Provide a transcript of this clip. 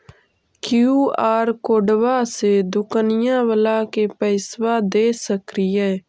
QR कोडबा से दुकनिया बाला के पैसा दे सक्रिय?